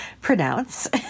pronounce